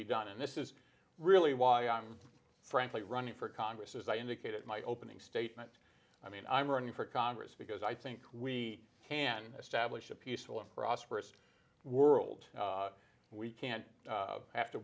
be done and this is really why i'm frankly running for congress as i indicated in my opening statement i mean i'm running for congress because i think we can establish a peaceful and prosperous world we can't